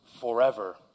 forever